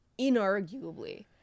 inarguably